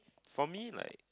for me like